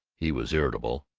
he was irritable.